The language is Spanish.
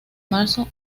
marzo